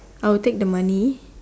I'll take the money